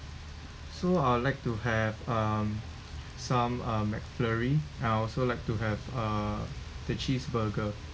so I would like to have um some uh mcflurry I also like to have a the cheeseburger